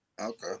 Okay